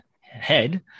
head